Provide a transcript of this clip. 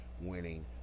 winning